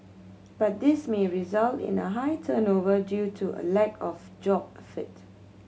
but this may result in a high turnover due to a lack of job fit